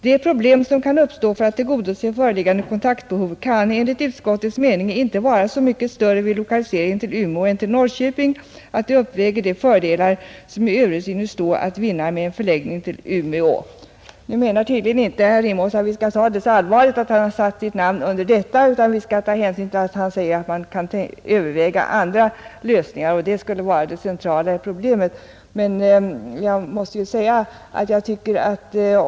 De problem som kan uppstå för att tillgodose föreliggande kontaktbehov kan enligt utskottets mening inte vara så mycket större vid lokalisering till Umeå än till Norrköping att de uppväger de fördelar som i övrigt synes stå att vinna med en förläggning till Umeå.” Nu menar tydligen inte herr Rimås att vi skall ta så allvarligt på att han satt sitt namn under detta, utan vi bör ta hänsyn till att han säger att man kan överväga även andra lösningar, vilket skulle vara det centrala i problemet.